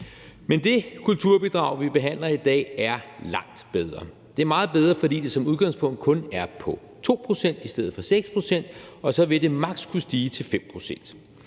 Men det kulturbidrag, vi behandler i dag, er langt bedre. Det er meget bedre, fordi det som udgangspunkt kun er på 2 pct. i stedet for 6 pct., og så vil det maks. kunne stige til 5